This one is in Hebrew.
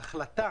ההחלטה